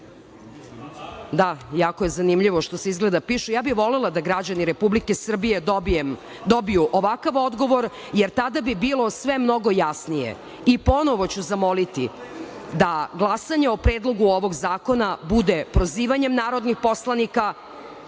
jako je zanimljivo šta se piše. Volela bih da građani Republike Srbije dobiju ovakav odgovor, jer tada bi bilo sve mnogo jasnije i ponovo ću zamoliti da glasanje o predlogu ovog zakona bude prozivanjem narodnih poslanika,